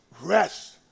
rest